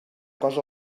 cosa